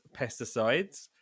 pesticides